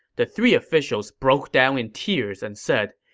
the three officials broke down in tears and said,